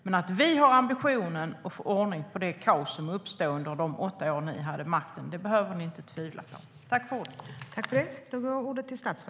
Men att vi har ambitionen att få ordning på det kaos som uppstod under de åtta år ni hade makten behöver ni inte tvivla på.